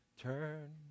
Turn